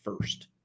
first